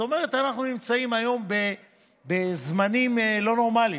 זאת אומרת, אנחנו נמצאים היום בזמנים לא נורמליים,